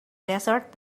desert